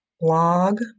blog